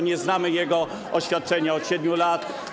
Nie znamy jego oświadczenia od 7 lat.